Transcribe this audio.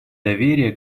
доверие